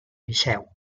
liceu